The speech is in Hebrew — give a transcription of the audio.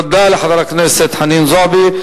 תודה לחברת הכנסת חנין זועבי.